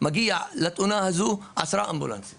מגיעים לתאונה הזו עשרה אמבולנסים